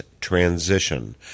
Transition